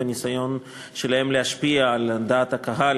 והניסיון שלהם להשפיע על דעת הקהל